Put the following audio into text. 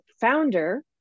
founder